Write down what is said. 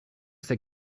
c’est